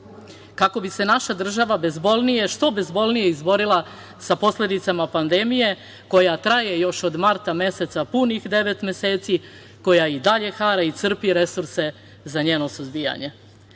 kako bi se naša država što bezbolnije izborila sa posledicama pandemije koja traje još od marta meseca, punih devet meseci, koja i dalje hara i crpi resurse za njeno suzbijanje.